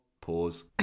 Pause